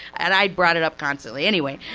and i brought it up constantly anyway.